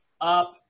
up